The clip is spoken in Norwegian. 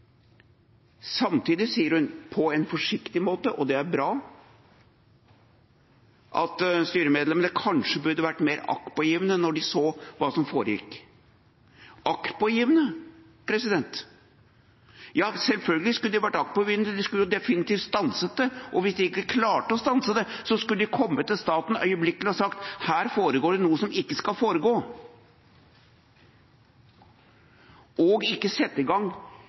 hun på en forsiktig måte, og det er bra, at styremedlemmene kanskje burde vært mer aktpågivende når de så hva som foregikk – aktpågivende. Selvfølgelig skulle de vært aktpågivende, de skulle definitivt stanset det, og hvis de ikke klarte å stanse det, skulle de kommet til staten øyeblikkelig og sagt at her foregår det noe som ikke skal foregå, og ikke sette i gang